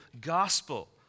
gospel